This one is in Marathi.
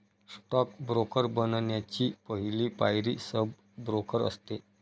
स्टॉक ब्रोकर बनण्याची पहली पायरी सब ब्रोकर असते